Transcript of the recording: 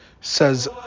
says